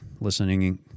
listening